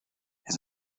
his